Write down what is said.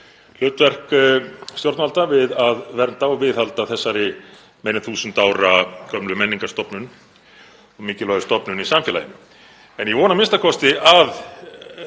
hlutverk stjórnvalda við að vernda og viðhalda þessari meira en 1000 ára gömlu menningarstofnun og mikilvægu stofnun í samfélaginu. En ég vona a.m.k. að